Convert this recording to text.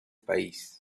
país